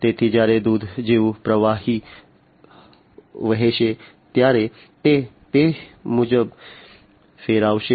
તેથી જ્યારે દૂધ જેવું પ્રવાહી વહેશે ત્યારે તે તે મુજબ ફેરવાશે